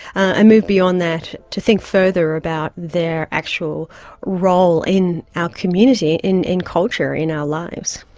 and move beyond that to think further about their actual role in our community, in in culture, in our lives.